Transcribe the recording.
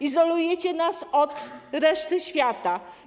Izolujecie nas od reszty świata.